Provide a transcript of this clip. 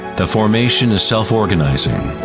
the formation is self-organizing.